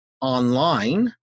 online